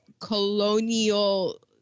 colonial